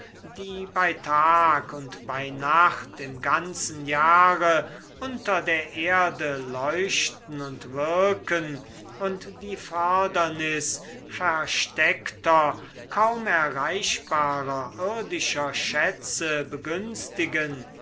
die bei tag und bei nacht im ganzen jahre unter der erde leuchten und wirken und die fördernis versteckter kaum erreichbarer irdischer schätze begünstigen